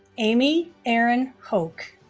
amy erin hoke